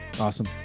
Awesome